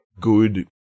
good